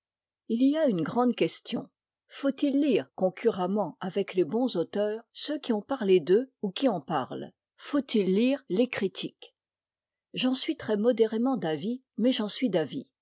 ll y a une grande question faut-il lire concurremment avec les bons auteurs ceux qui ont parlé d'eux ou qui en parlent faut-il lire les critiques j'en suis très modérément d'avis mais j'en suis d'avis